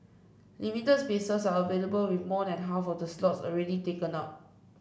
limited spaces are available with more than half of the slots already taken up